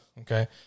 Okay